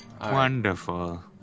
Wonderful